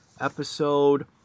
episode